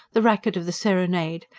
the racket of the serenade,